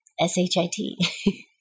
S-H-I-T